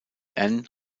ann